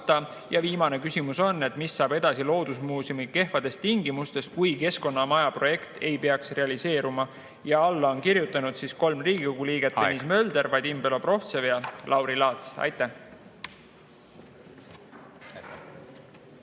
Ja viimane küsimus on, mis saab edasi loodusmuuseumi kehvadest tingimustest, kui Keskkonnamaja projekt ei peaks realiseeruma. Alla on kirjutanud kolm Riigikogu liiget: Tõnis Mölder, Vadim Belobrovtsev ja Lauri Laats. Aitäh!